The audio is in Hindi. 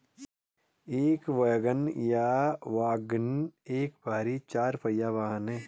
एक वैगन या वाग्गन एक भारी चार पहिया वाहन है